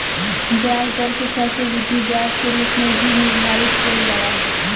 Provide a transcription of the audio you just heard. ब्याज दर के चक्रवृद्धि ब्याज के रूप में भी निर्धारित कईल जाला